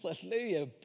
Hallelujah